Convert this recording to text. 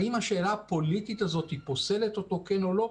האם השאלה הפוליטית הזו פוסלת אותו כן או לא?